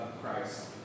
Christ